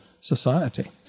society